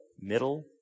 middle